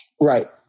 Right